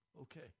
okay